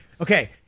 Okay